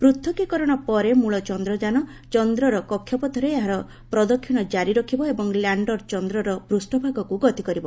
ପୂଥକୀକରଣ ପରେ ମୂଳ ଚନ୍ଦ୍ରଯାନ ଚନ୍ଦ୍ରର କକ୍ଷପଥରେ ଏହାର ପ୍ରଦକ୍ଷିଣ ଜାରି ରଖିବ ଏବଂ ଲ୍ୟାଶ୍ଡର ଚନ୍ଦ୍ରର ପୂଷଭାଗକୁ ଗତି କରିବ